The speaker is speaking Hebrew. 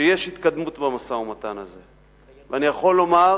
שיש התקדמות במשא-ומתן הזה, ואני יכול לומר